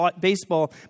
baseball